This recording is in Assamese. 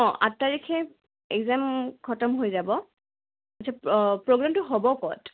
অঁ আঠ তাৰিখে একজাম খটম হৈ যাব প্ৰ'গ্ৰেমটো হ'ব ক'ত